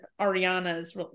Ariana's